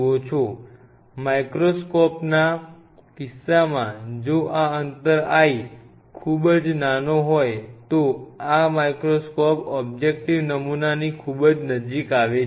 micro માઇક્રોસ્કોપના કિસ્સામાં જો આ અંતર l ખૂબ જ નાનો હોય તો આ માઇક્રોસ્કોપ ઓબ્જેક્ટિવ નમૂનાની ખૂબ નજીક આવે છે